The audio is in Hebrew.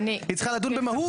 היא צריכה לדון במהות.